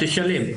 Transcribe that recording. תשלם.